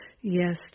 yes